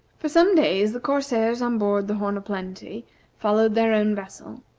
for some days the corsairs on board the horn o' plenty followed their own vessel,